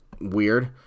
weird